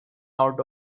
out